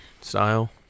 style